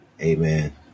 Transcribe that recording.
Amen